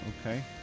Okay